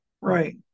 right